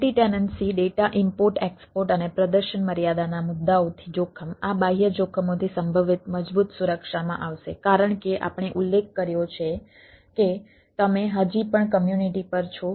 multi tenancy data import export અને પ્રદર્શન મર્યાદાના મુદ્દાઓથી જોખમ આ બાહ્ય જોખમોથી સંભવિત મજબૂત સુરક્ષામાં આવશે કારણ કે આપણે ઉલ્લેખ કર્યો છે કે તમે હજી પણ કમ્યુનિટી પર છો